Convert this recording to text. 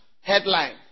headline